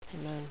Amen